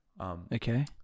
Okay